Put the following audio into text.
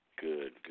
Good